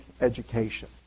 education